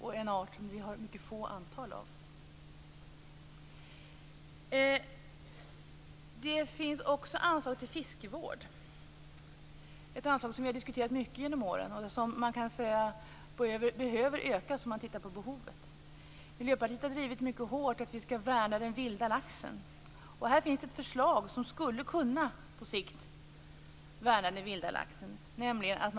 Det är en art som vi har ett mycket litet antal av. Det finns också ett anslag för fiskevård. Detta anslag har vi diskuterat mycket genom åren. Man kan med hänsyn till behovet säga att det behöver ökas. Miljöpartiet har mycket hårt drivit att vi skall värna den vilda laxen. Det finns ett förslag som på sikt skulle kunna leda till att den vilda laxen värnas.